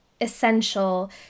essential